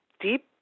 deep